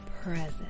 present